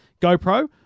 GoPro